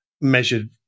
measured